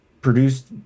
Produced